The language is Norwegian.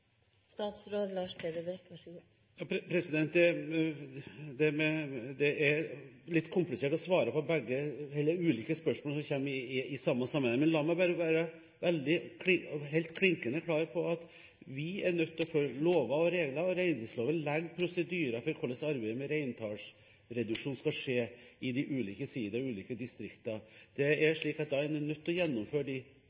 Det er litt komplisert å svare på ulike spørsmål som kommer i samme sammenheng. Men la meg bare være helt klinkende klar på at vi er nødt til å følge lover og regler, og reindriftsloven legger prosedyrer for hvordan arbeidet med reintallsreduksjonen skal skje i de ulike sidaer/distrikter. Det er slik at da er man nødt til å gjennomføre pålegg og tiltak før man kan gjennomføre tvangstiltak. La det være sagt. Det er